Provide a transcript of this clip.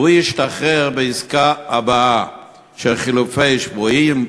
והוא ישתחרר בעסקה הבאה של חילופי שבויים וכדומה,